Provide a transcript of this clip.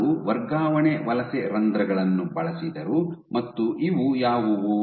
ಅವರು ವರ್ಗಾವಣೆ ವಲಸೆ ರಂಧ್ರಗಳನ್ನು ಬಳಸಿದರು ಮತ್ತು ಇವು ಯಾವುವು